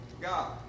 god